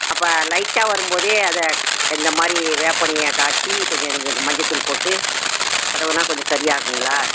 அப்போ லைட்டாக வரும் போதே அதை இந்த மாதிரி வேப்ப எண்ணெய காய்ச்சி கொஞ்சம் மஞ்சத்தூள் போட்டு தடவுனால் கொஞ்சம் சரியாகுங்களா